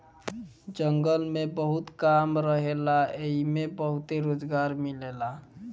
जंगल में बहुत काम रहेला एइमे बहुते रोजगार मिलेला